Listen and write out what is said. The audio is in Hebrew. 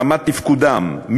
רמת תפקודם,